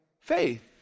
faith